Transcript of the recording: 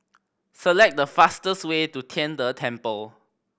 select the fastest way to Tian De Temple